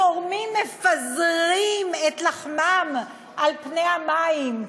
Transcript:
התורמים מפזרים את לחמם על פני המים,